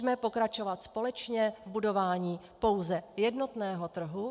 Pojďme pokračovat společně v budování pouze jednotného trhu.